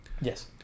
Yes